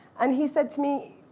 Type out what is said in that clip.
and he said to me,